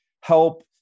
help